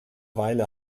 weile